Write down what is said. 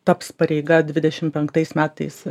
taps pareiga dvidešimt penktais metais